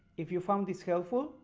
if you found this helpful,